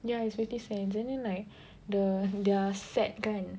yeah it's fifty cents and then like the their set kan